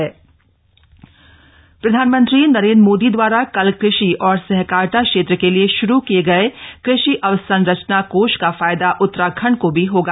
नाबार्ड प्रधानमंत्री नरेंद्र मोदी दवारा कल कृषि और सहकारिता क्षेत्र के लिए शुरू किये गए कृषि अवसंरचना कोष का फायदा उत्तराखंड को भी होगा